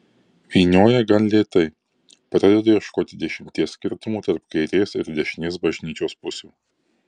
vynioja gan lėtai pradedu ieškoti dešimties skirtumų tarp kairės ir dešinės bažnyčios pusių